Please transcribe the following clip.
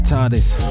Tardis